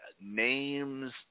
names